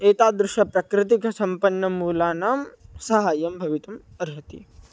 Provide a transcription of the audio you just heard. एतादृश प्राकृतिकसम्पन्नमूलानां सहाय्यं भवितुम् अर्हति